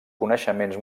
coneixements